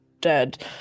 dead